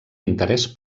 interès